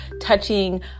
touching